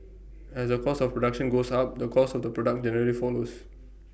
as the cost of production goes up the cost of the product generally follows